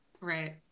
Right